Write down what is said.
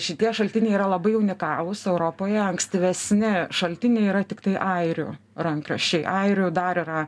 šitie šaltiniai yra labai unikalūs europoje ankstyvesni šaltiniai yra tiktai airių rankraščiai airių dar yra